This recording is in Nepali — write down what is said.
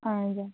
हजुर